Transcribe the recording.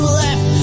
left